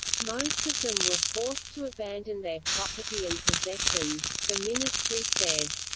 most of them were forced to abandon their property and possessions, the ministry said.